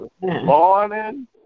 morning